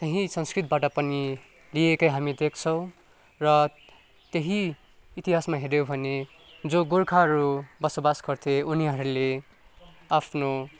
त्यहीँ संस्कृतबाट पनि लिएको हामी देख्छौँ र त्यही इतिहासमा हेर्यौँ भने जो गोर्खाहरू बसोबास गर्थे उनीहरूले आफ्नो